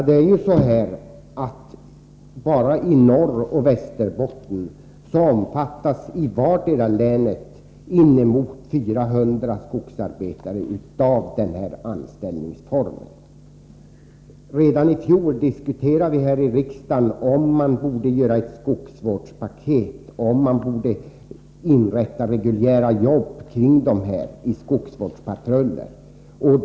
Herr talman! Det förhåller sig på det sättet, att bara i Norrbotten och Västerbotten inemot 400 skogsarbetare i vartdera länet omfattas av den här anställningsformen. Redan i fjol diskuterade vi här i riksdagen om man borde göra ett skogsvårdspaket och om man borde inrätta reguljära jobb i skogsvårdspatruller.